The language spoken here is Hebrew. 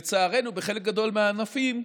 לצערנו, בחלק גדול מהענפים,